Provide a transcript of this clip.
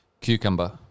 Cucumber